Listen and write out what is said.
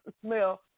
smell